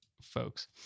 folks